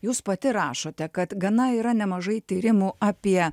jūs pati rašote kad gana yra nemažai tyrimų apie